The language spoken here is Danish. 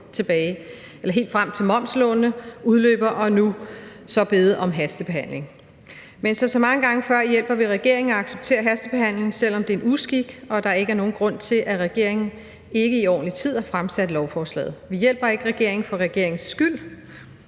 for at gå helt frem til, at momslånene udløber, og nu bede om hastebehandling. Men som så mange gange før hjælper vi regeringen og accepterer hastebehandlingen, selv om det er en uskik og der ikke er nogen grund til, at regeringen ikke har fremsat lovforslaget i ordentlig tid. Vi hjælper ikke regeringen for regeringens skyld